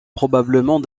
probablement